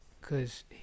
Cause